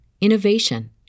innovation